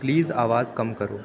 please آواز کم کرو